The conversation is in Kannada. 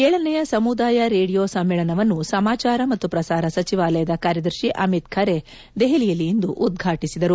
ಏಳನೆಯ ಸಮುದಾಯ ರೇಡಿಯೋ ಸಮ್ಮೇಳನವನ್ನು ಸಮಾಚಾರ ಮತ್ತು ಪ್ರಸಾರ ಸಚಿವಾಲಯದ ಕಾರ್ಯದರ್ತಿ ಅಮಿತ್ ಖರೆ ದೆಹಲಿಯಲ್ಲಿ ಇಂದು ಉದ್ಘಾಟಿಸಿದರು